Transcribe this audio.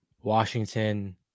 washington